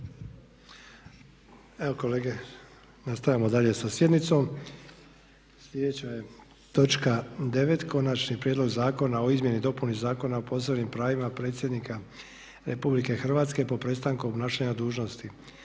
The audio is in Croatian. Evo kolege nastavljamo dalje sa sjednicom. Sljedeća je točka devet - Konačni prijedlog zakona o izmjeni i dopuni Zakona o posebnim pravima predsjednika Republike Hrvatske po prestanku obnašanja dužnosti,